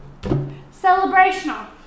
celebrational